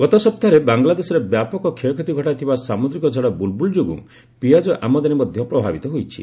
ଗତ ସପ୍ତାହରେ ବାଂଲାଦେଶରେ ବ୍ୟାପକ କ୍ଷୟକ୍ଷତି ଘଟାଇଥିବା ସାମୁଦ୍ରିକ ଝଡ଼ ବୁଲ୍ବୁଲ୍ ଯୋଗୁଁ ପିଆଜ ଆମଦାନୀ ମଧ୍ୟ ପ୍ରଭାବିତ ହୋଇଛି